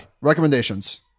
Recommendations